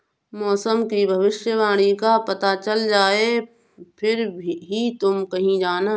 मौसम की भविष्यवाणी का पता चल जाए फिर ही तुम कहीं जाना